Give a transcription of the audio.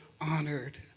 honored